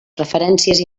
preferències